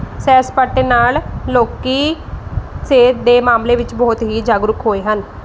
ਸੈਰ ਸਪਾਟੇ ਨਾਲ ਲੋਕ ਸਿਹਤ ਦੇ ਮਾਮਲੇ ਵਿੱਚ ਬਹੁਤ ਹੀ ਜਾਗਰੂਕ ਹੋਏ ਹਨ